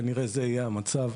כנראה זה יהיה המצב,